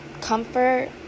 comfort